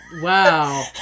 wow